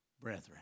brethren